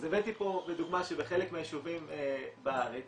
אז הבאתי פה לדוגמה שבחלק מהיישובים בארץ